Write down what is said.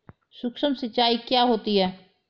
सुक्ष्म सिंचाई क्या होती है?